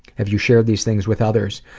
have you shared these things with others?